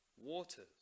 waters